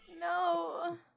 No